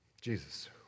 Jesus